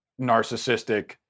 narcissistic